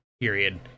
period